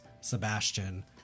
Sebastian